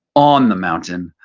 on the mountain.